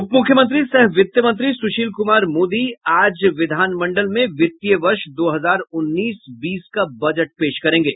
उपमुख्यमंत्री सह वित्त मंत्री सुशील कुमार मोदी आज विधानमंडल में वित्तीय वर्ष दो हजार उन्नीस बीस का बजट पेश करेंगे